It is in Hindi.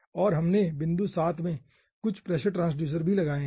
और हमने बिंदु 7 में कुछ प्रेशर ट्रांसड्यूसर भी लगाए हैं